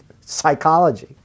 psychology